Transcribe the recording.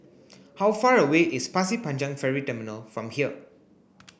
how far away is Pasir Panjang Ferry Terminal from here